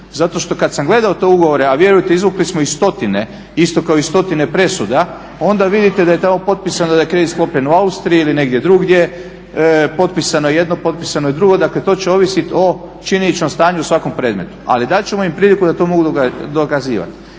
zato što kad sam gledao te ugovore, a vjerujte izvukli smo ih stotine, isto kao i stotine presuda, onda vidite da je tamo potpisano da je kredit sklopljen u Austriji ili negdje drugdje, potpisano jedno, potpisano je drugo, dakle to će ovisit o činjeničnom stanju u svakom predmetu, ali dat ćemo im priiku da to mogu dokazivati.